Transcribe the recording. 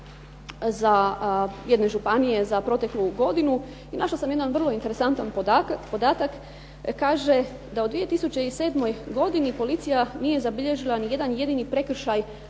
jedne županije za proteklu godinu. I našla sam jedan vrlo interesantan podatak. Kaže da u 2007. godini policija nije zabilježila nijedan jedini prekršaj davanja